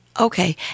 Okay